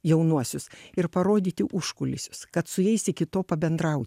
jaunuosius ir parodyti užkulisius kad su jais iki to pabendrau